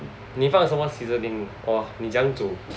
你放什么 seasoning or 你怎样煮